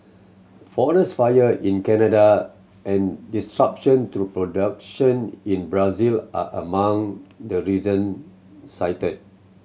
forest fire in Canada and disruption to production in Brazil are among the reason cited